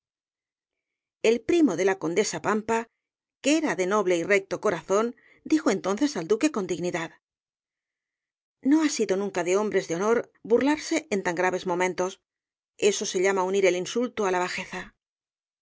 el primo de la condesa pampa que era de noble y recto corazón dijo entonces al duque con dignidad no ha sido nunca de hombres de honor burlarse en tan graves momentos eso se llama unir el insulto á la bajeza